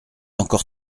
encore